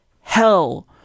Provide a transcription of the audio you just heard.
hell